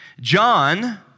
John